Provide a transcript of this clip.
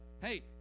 Hey